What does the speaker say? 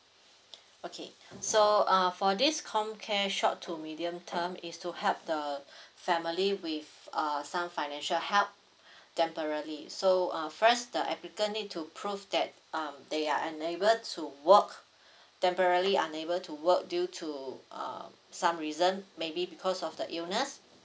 okay so uh for this comcare short to medium term is to help the family with uh some financial help temporally so uh first the applicant need to prove that um they are unable to work temporally unable to work due to uh some reason maybe because of the illness